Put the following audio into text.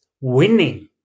winning